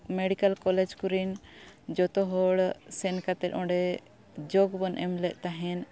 medical college ᱠᱚᱨᱮᱱ ᱡᱚᱛᱚ ᱦᱚᱲ ᱥᱮᱱ ᱠᱟᱛᱮᱫ ᱚᱸᱰᱮ ᱡᱳᱜᱽ ᱵᱚᱱ ᱮᱢᱞᱮᱫ ᱛᱟᱦᱮᱸᱫ